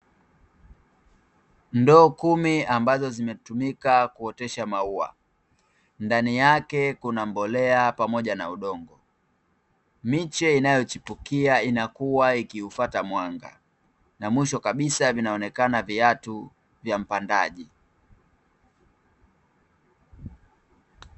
Ndoo kumi ambazo zimetumika kuotesha maua, ndani yake kuna mbolea pamoja na udongo, miche inayo chipukia inakua ikiufuata mwanga, na mwisho kabisa vianonekana viatu vya mpandaji.